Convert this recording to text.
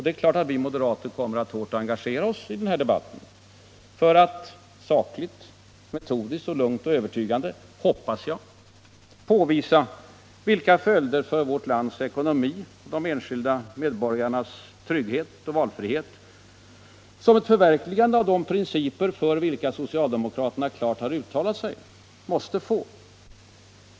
Det är klart att vi moderater kommer att hårt engagera oss i den debatten för att sakligt, metodiskt, lugnt och övertygande — hoppas jag — påvisa vilka följder för vårt lands ekonomi och de enskilda medborgarnas trygghet och valfrihet som ett förverkligande av de principer för vilka socialdemokraterna klart har uttalat sig måste få.